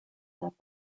that